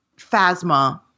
Phasma